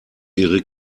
ihre